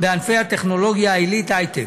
בענפי הטכנולוגיה העילית, הייטק.